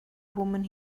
woman